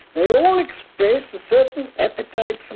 they all express a certain appetite